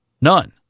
None